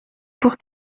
pour